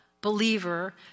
believer